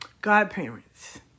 Godparents